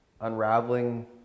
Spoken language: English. unraveling